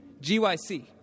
GYC